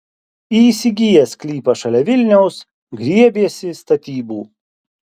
įsigijęs sklypą šalia vilniaus griebiesi statybų